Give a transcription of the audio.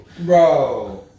Bro